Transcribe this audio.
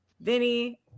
Vinny